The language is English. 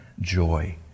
joy